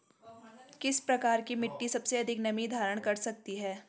किस प्रकार की मिट्टी सबसे अधिक नमी धारण कर सकती है?